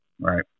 Right